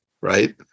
Right